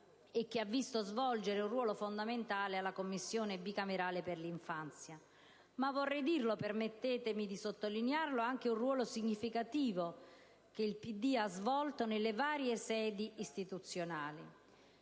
e che ha visto svolgere un ruolo fondamentale alla Commissione bicamerale per l'infanzia, ma - permettetemi di sottolinearlo - anche un ruolo significativo del PD nelle varie sedi istituzionali.